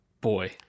Boy